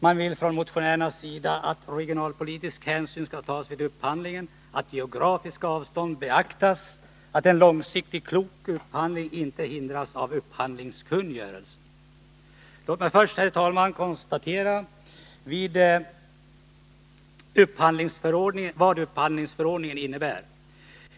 Man vill från motionärernas sida att regionalpolitisk hänsyn skall tas vid upphandling, att geografiska avstånd beaktas, att en långsiktig klok upphandling inte hindras av upphandlingskungörelsen. Låt mig först, herr talman, konstatera vad upphandlingsförordningen innebär.